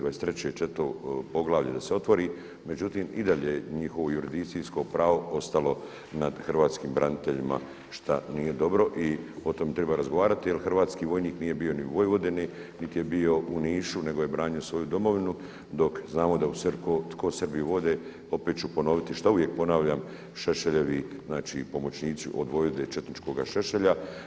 23. poglavlje da se otvori, međutim i dalje njihovo jurisdikcijsko pravo ostalo nad hrvatskim braniteljima šta nije dobro i o tome treba razgovarati jel hrvatski vojnik nije bio ni u Vojvodini niti je bio u Nišu nego je branio svoju domovinu, dok znamo tko Srbi vode opet ću ponoviti što uvijek ponavljam Šešeljevi pomoćnici od vojvode četničkoga Šešelja.